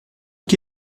qui